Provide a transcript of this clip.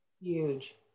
Huge